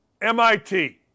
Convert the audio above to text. MIT